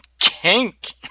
kink